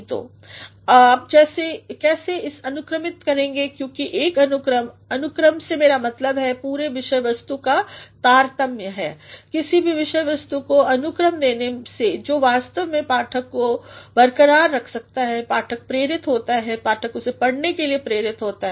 तो आप कैसेइसे अनुक्रमित करेंगे क्योंकि एक अनुक्रम अनुक्रम से मेरा मतलब पूरे विषय वस्तु का तारतम्य है किसी भी विषय वस्तु को अनुक्रम देने से जो वास्तव मेंपाठक को बरकरार रखता है पाठक प्रेरित होता है पाठक उसे पढ़ने के लिए प्रेरित होता है